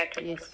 yes